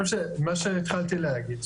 שמה שהתחלתי להגיד,